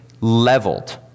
leveled